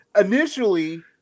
initially